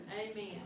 Amen